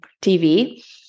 TV